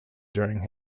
during